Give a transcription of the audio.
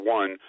one